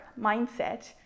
mindset